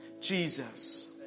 Jesus